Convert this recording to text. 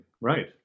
Right